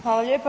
Hvala lijepo.